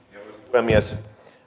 puhemies